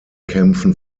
kämpfen